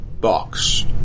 box